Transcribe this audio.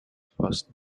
false